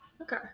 Okay